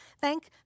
Thank